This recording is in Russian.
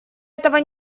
этого